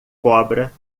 cobra